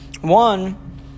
One